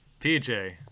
PJ